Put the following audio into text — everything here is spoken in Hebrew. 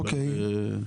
אוקי,